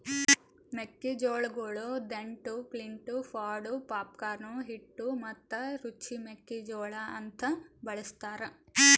ಮೆಕ್ಕಿ ಜೋಳಗೊಳ್ dent, flint, pod, popcorn, ಹಿಟ್ಟು ಮತ್ತ ರುಚಿ ಮೆಕ್ಕಿ ಜೋಳ ಅಂತ್ ಬಳ್ಸತಾರ್